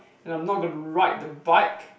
and I'm not gonna ride the bike